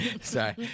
Sorry